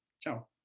Ciao